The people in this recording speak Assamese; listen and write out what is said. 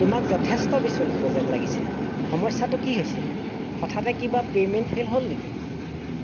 তোমাক যথেষ্ট বিচলিত যেন লাগিছে সমস্যাটো কি হৈছে হঠাতে কিবা পে'ইমেণ্ট ফেইল হ'ল নেকি